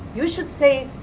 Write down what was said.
you should say.